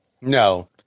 No